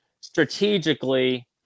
strategically